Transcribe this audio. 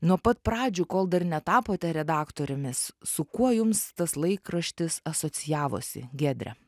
nuo pat pradžių kol dar netapote redaktorėmis su kuo jums tas laikraštis asocijavosi giedre